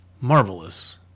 Marvelous